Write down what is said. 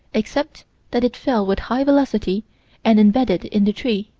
except that it fell with high velocity and embedded in the tree?